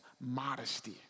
modesty